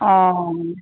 অঁ